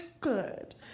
good